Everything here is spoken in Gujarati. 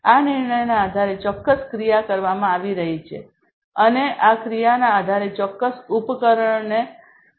આ નિર્ણયના આધારે ચોક્કસ ક્રિયા કરવામાં આવી રહી છે અને આ ક્રિયાના આધારે ચોક્કસ ઉપકરણની ફિઝિકલ સ્થિતિ ઉપકરણની ફિઝિકલ સ્થિતિ બદલાઇ રહી છે